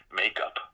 makeup